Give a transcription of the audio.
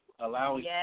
allowing